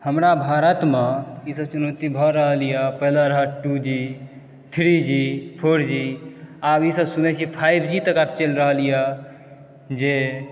हमरा भारतमे ईसभ चुनौती भऽ रहलए पहिले रहे two G three G four G आब ईसभ सुनै छियै फाइव जी तक आब चलि रहलए जे